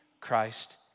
Christ